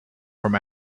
from